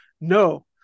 no